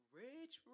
rich